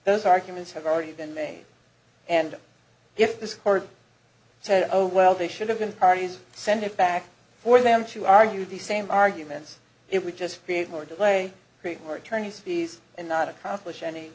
those arguments have already been made and if this court said oh well they should have been parties send it back for them to argue the same arguments it would just create more delay create more attorney's fees and not accomplish any